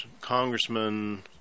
congressman